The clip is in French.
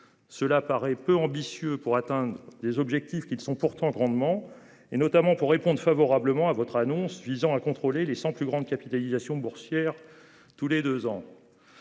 cela paraît peu ambitieux pour atteindre les objectifs qui sont pourtant grandement et notamment pour réponde favorablement à votre annonce visant à contrôler les 100 plus grandes capitalisations boursières. Tous les 2 ans.